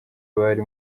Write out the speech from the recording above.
bari